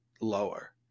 lower